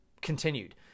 continued